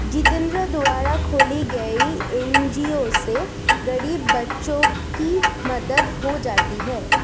जितेंद्र द्वारा खोले गये एन.जी.ओ से गरीब बच्चों की मदद हो जाती है